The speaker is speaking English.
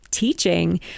teaching